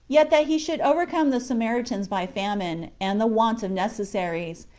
yet that he should overcome the samaritans by famine, and the want of necessaries,